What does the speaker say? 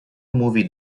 movie